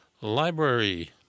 Library